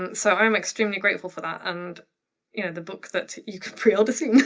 and so, i'm extremely grateful for that. and you know the book that you can pre-order soon.